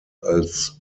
als